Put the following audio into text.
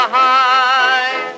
high